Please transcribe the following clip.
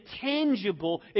tangible